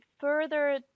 Further